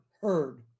heard